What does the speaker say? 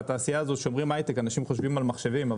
והתעשייה הזו שאומרים היי-טק אנשים חושבים על מחשבים,